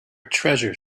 treasure